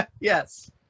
Yes